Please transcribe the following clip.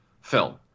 film